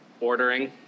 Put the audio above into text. ordering